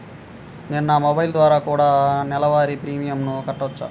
నేను నా మొబైల్ ద్వారా కూడ నెల వారి ప్రీమియంను కట్టావచ్చా?